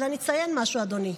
אבל אני אציין משהו, אדוני.